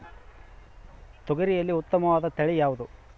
ತೊಗರಿಯಲ್ಲಿ ಉತ್ತಮವಾದ ತಳಿ ಯಾವುದು?